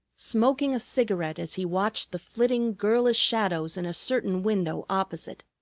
smoking a cigarette, as he watched the flitting girlish shadows in a certain window opposite,